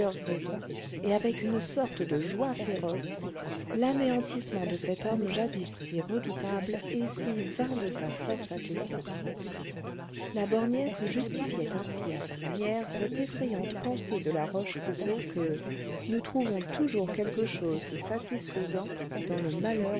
raisons et avec une sorte de joie féroce l'anéantissement de cet homme jadis si redoutable et si vain de sa force athlétique la borgnesse justifiait ainsi à sa manière cette effrayante pensée de la rochefoucauld que nous trouvons toujours quelque chose de satisfaisant dans le malheur